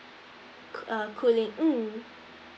co~ err cooling um